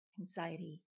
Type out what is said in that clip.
anxiety